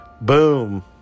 boom